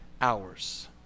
hours